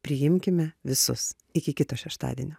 priimkime visus iki kito šeštadienio